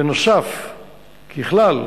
בנוסף, ככלל,